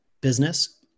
business